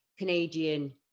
Canadian